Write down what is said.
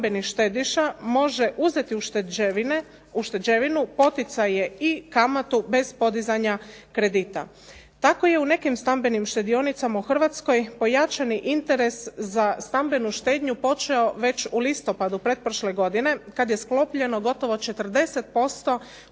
stambeni štediša može uzeti ušteđevinu, poticaje i kamatu bez podizanja kredita. Tako je u nekim stambenim štedionicama u Hrvatskoj pojačani interes za stambenu štednju počeo već u listopadu pretprošle godine kada je sklopljeno gotovo 40% ugovora